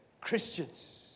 Christians